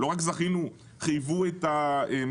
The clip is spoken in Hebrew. לא רק זכינו אלא גם חייבו את המשרד